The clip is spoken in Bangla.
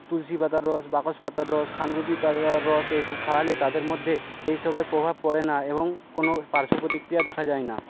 তুলসি পাতার রস বাসক পাতার রস থানকুনি পাতার রস এই সব খাওয়ালে তাদের মধ্যে এই সবের প্রভাব পড়ে না এবং কোনো পার্শ্বপ্রতিক্রিয়া দেখা যায় না